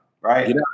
right